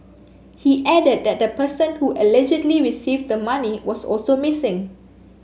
he added that the person who allegedly received the money was also missing